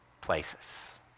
places